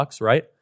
right